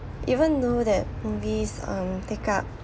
even though that movies um take up